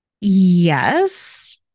Yes